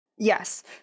Yes